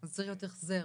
זה צריך להיות החזר